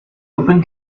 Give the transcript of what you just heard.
open